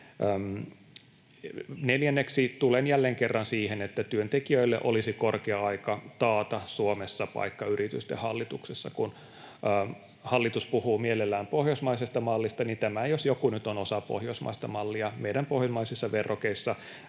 Neljänneksi, tulen jälleen kerran siihen, että työntekijöille olisi korkea aika taata Suomessa paikka yritysten hallituksissa. Kun hallitus puhuu mielellään pohjoismaisesta mallista, niin tämä jos joku nyt on osa pohjoismaista mallia. Meidän pohjoismaisissa verrokeissa